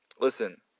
listen